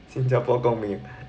新加坡公民